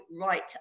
right